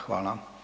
Hvala.